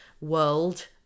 world